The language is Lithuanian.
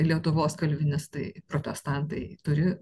lietuvos kalvinistai protestantai turi